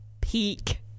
peak